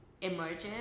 emerges